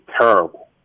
terrible